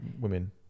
women